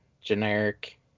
generic